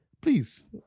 please